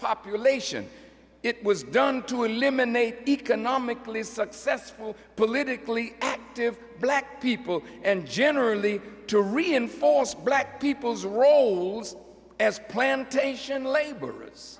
population it was done to eliminate economically successful politically active black people and generally to reinforce black people's roles as plantation labor